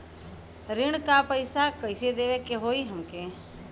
ऋण का पैसा कइसे देवे के होई हमके?